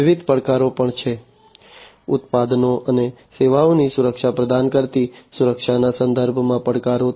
વિવિધ પડકારો પણ છે ઉત્પાદનો અને સેવાઓની સુરક્ષા પ્રદાન કરતી સુરક્ષાના સંદર્ભમાં પડકારો